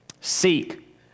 Seek